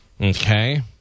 Okay